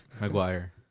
Maguire